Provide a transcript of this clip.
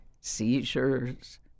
seizures